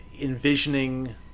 envisioning